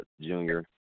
Junior